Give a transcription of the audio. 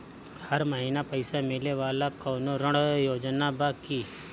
हर महीना पइसा मिले वाला कवनो ऋण योजना बा की?